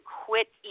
quit